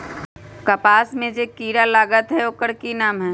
कपास में जे किरा लागत है ओकर कि नाम है?